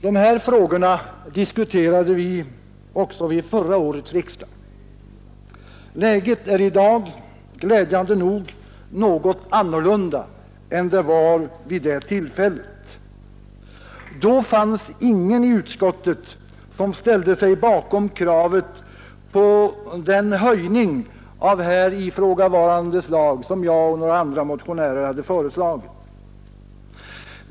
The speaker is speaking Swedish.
De här frågorna diskuterade vi också vid förra årets riksdag. Läget i dag är glädjande nog något annorlunda än det var vid det tillfället. Då fanns ingen i utskottet, som ställde sig bakom kravet på den höjning av här ifrågavarande anslag som jag och mina medmotionärer hade föreslagit.